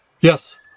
yes